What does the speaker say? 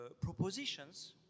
propositions